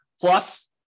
Plus